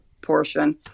portion